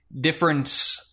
different